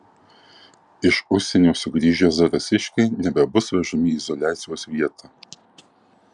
iš užsienio sugrįžę zarasiškiai nebebus vežami į izoliacijos vietą